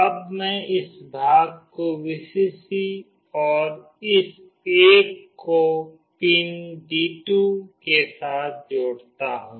अब मैं इस भाग को Vcc और इस एक को पिन D2 के साथ जोड़ती हूँ